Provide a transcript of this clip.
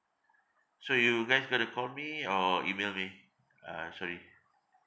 so you guys going to call me or email me uh sorry